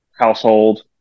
household